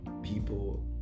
people